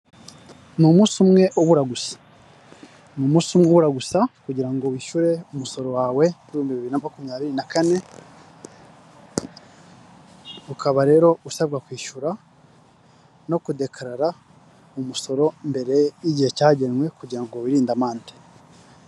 Umunsi umwe gusa, ubura umunsi umwe gusa, kugira ngo wishyure umusoro wawe wa bibiri na makumyabiri na Kane, ukaba usabwa kwishyura no kudekarara umusoro mbere y’igihe cyagenwe, wirinde amande.